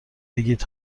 بگید